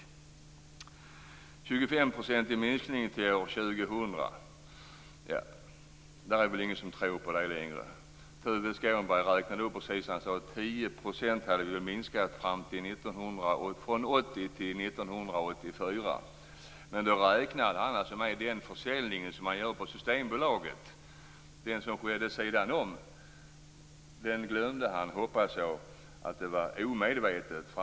Det skulle vara en 25-procentig minskning av konsumtionen fram till år 2000. Det är väl ingen som tror på det längre. Tuve Skånberg sade att konsumtionen hade minskat med 10 % under perioden 1980 1984. Då räknade han med försäljningen på Systembolaget. Men han glömde försäljningen som sker vid sidan om. Jag hoppas att det var omedvetet.